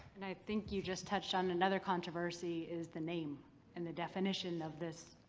and i think you just touched on another controversy, is the name and the definition of this,